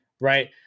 Right